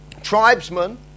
tribesmen